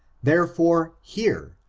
therefore, hear,